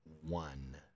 one